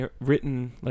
written